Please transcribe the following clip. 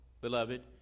beloved